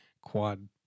quad